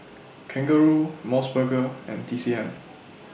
Kangaroo Mos Burger and T C M